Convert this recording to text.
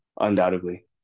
undoubtedly